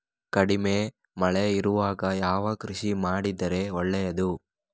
ಕಡಿಮೆ ಮಳೆ ಇರುವಾಗ ಯಾವ ಕೃಷಿ ಮಾಡಿದರೆ ಒಳ್ಳೆಯದು?